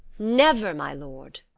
never, my lord.